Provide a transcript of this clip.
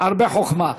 הרבה חוכמה.